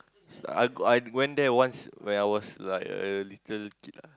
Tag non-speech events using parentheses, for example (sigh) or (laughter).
(noise) I I went there once when I was like a little kid